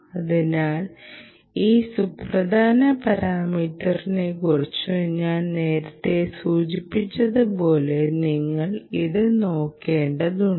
അതിനാൽ ഈ സുപ്രധാന പാരാമീറ്ററിനെക്കുറിച്ച് ഞാൻ നേരത്തെ സൂചിപ്പിച്ചതുപോലെ നിങ്ങൾ ഇത് നോക്കേണ്ടതുണ്ട്